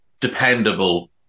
dependable